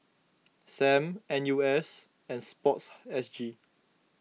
Sam N U S and Sports S G